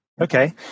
Okay